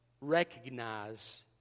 Recognize